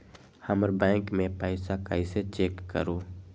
हमर बैंक में पईसा कईसे चेक करु?